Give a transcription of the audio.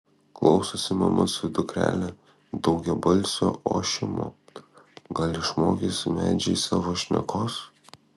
klausosi mama su dukrele daugiabalsio ošimo gal išmokys medžiai savo šnekos